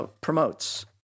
promotes